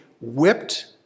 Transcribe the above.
whipped